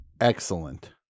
Excellent